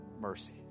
mercy